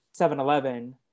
7-eleven